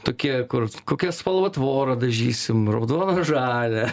tokie kur kokia spalva tvorą dažysim raudoną žalią